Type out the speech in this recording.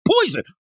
poison